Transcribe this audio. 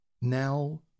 now